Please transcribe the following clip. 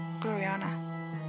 Gloriana